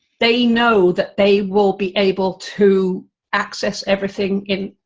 they know that they will be able to access everything in,